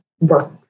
work